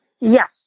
Yes